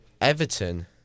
Everton